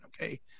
okay